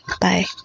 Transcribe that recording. Bye